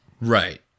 Right